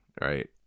Right